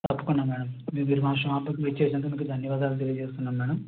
తప్పకుండా మేడం మీరు మా షాపుకు విచ్చేసినందుకు మీకు ధన్యవాదాలు తెలియజేస్తున్నాను మేడం